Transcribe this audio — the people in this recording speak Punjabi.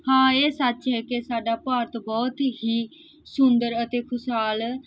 ਹਾਂ ਇਹ ਸੱਚ ਹੈ ਕਿ ਸਾਡਾ ਭਾਰਤ ਬਹੁਤ ਹੀ ਸੁੰਦਰ ਅਤੇ ਖੁਸ਼ਹਾਲ